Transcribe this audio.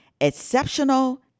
Exceptional